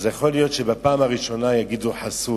אז יכול להיות שבפעם הראשונה יגידו: חסוי.